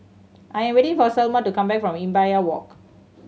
I am waiting for Selmer to come back from Imbiah Walk